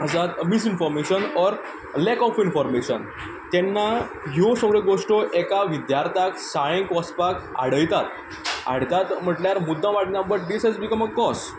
आसा misinformation or lack of information तेन्ना ह्यो सगळ्यो गोश्टो एका विद्यार्थ्याक शाळेंत वचपाक आडयतात आडटात म्हणल्यार मुद्दम आडनात but this has become a cause